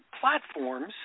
platforms